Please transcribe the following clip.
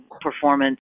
performance